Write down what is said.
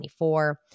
24